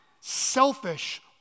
selfish